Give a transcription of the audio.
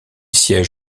siège